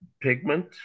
pigment